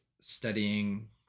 studying